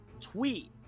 tweet